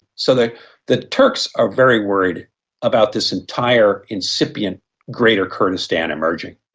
so the the turks are very worried about this entire incipient greater kurdistan emerging.